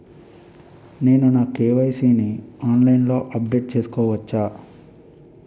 నేను నా కే.వై.సీ ని ఆన్లైన్ లో అప్డేట్ చేసుకోవచ్చా?